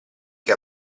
che